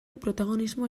protagonismoa